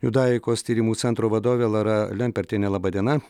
judaikos tyrimų centro vadovė lara lempertienė laba diena